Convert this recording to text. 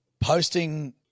Posting